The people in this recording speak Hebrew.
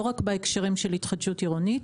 לא רק בהקשרים של התחדשות עירונית.